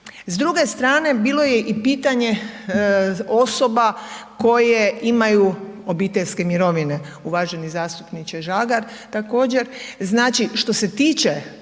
S druge strane bilo je i pitanje osoba koje imaju obiteljske mirovine, uvaženi zastupniče Žagar također, znači što se tiče